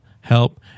help